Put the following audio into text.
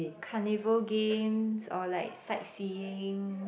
carnival games or like sight seeing